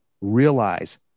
realize